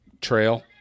trail